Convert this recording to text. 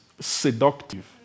seductive